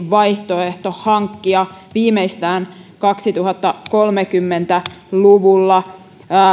vaihtoehto hankkia viimeistään kaksituhattakolmekymmentä luvulla